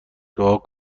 دعا